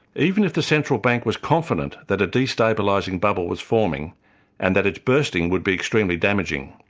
even if the central bank was confident that a destabilising bubble was forming and that its bursting would be extremely damaging,